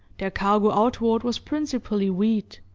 their cargo outward was principally wheat,